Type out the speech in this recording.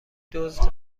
دزد